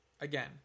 again